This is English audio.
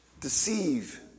deceive